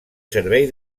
servei